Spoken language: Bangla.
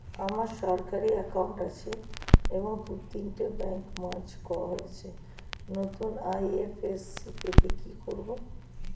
আমার সরকারি একাউন্ট আছে এবং দু তিনটে ব্যাংক মার্জ হয়েছে, নতুন আই.এফ.এস.সি পেতে কি করব?